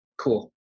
Cool